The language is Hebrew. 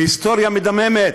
בהיסטוריה מדממת,